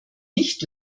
nicht